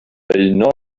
beuno